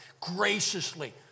graciously